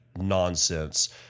nonsense